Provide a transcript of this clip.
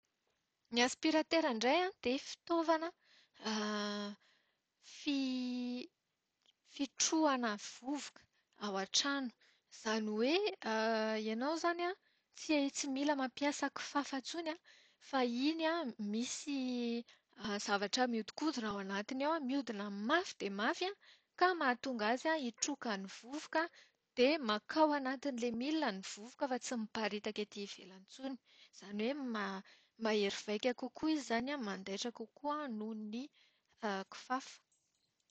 Ny aspiratera indray an dia fitaovana fi- fitrohana vovoka ao an-trano. Izany hoe, ianao izany an, tsy mila mampiasa kifafa intsony, fa iny misy zavatra mihodinkodina ao anatiny ao an, mihodina mafy dia mafy an, ka mahatonga azy hitroka ny vovoka dia mankao naatin'ilay milina ny vovoka fa tsy miparitaka ety ivelany intsony. Izany hoe ma- mahery vaika kokoa izy izany an, mandaitra kokoa noho ny kifafa.